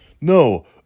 No